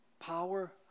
power